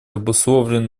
обусловлен